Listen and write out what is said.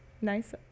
nice